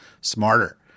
smarter—